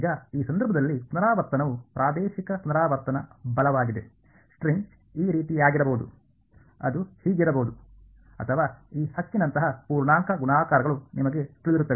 ಈಗ ಈ ಸಂದರ್ಭದಲ್ಲಿ ಪುನರಾವರ್ತನವು ಪ್ರಾದೇಶಿಕ ಪುನರಾವರ್ತನ ಬಲವಾಗಿದೆ ಸ್ಟ್ರಿಂಗ್ ಈ ರೀತಿಯಾಗಿರಬಹುದು ಅದು ಹೀಗಿರಬಹುದು ಅಥವಾ ಈ ಹಕ್ಕಿನಂತಹ ಪೂರ್ಣಾಂಕ ಗುಣಾಕಾರಗಳು ನಿಮಗೆ ತಿಳಿದಿರುತ್ತವೆ